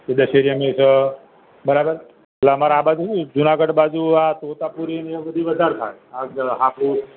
દશેરીની છે બરાબર એટલે અમારે આ બાજું શું જુનાગઢ બાજુ આ તોતાપુરી ને એ બધી વધારે થાય હાફૂસ